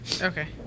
Okay